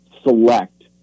select